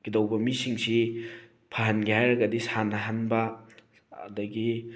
ꯀꯩꯗꯧꯕ ꯃꯤꯁꯤꯡꯁꯤ ꯐꯍꯟꯒꯦ ꯍꯥꯏꯔꯒꯗꯤ ꯁꯥꯟꯅꯍꯟꯕ ꯑꯗꯒꯤ